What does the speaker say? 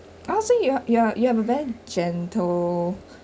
I'll say you're you're you are very gentle